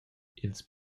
ils